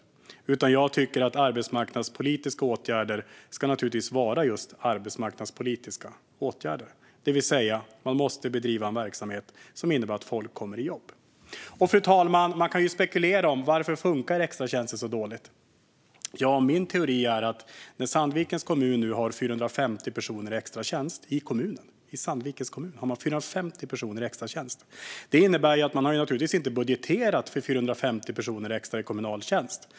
Jag tycker naturligtvis att arbetsmarknadspolitiska åtgärder ska vara just arbetsmarknadspolitiska åtgärder, det vill säga man måste bedriva en verksamhet som innebär att folk kommer i jobb. Fru talman! Man kan spekulera om varför extratjänster funkar så dåligt. Jag har en teori. Sandvikens kommun har 450 personer i extratjänster. Man har naturligtvis inte budgeterat för 450 personer extra i kommunal tjänst.